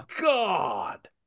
God